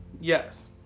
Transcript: Yes